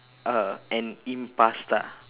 uh an impasta